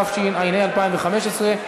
התשע"ה 2015,